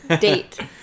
date